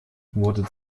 wurden